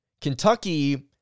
Kentucky